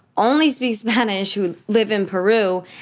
only speak spanish who live in peru.